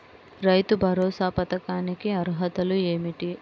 రైతు భరోసా పథకానికి అర్హతలు ఏమిటీ?